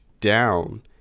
down